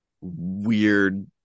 weird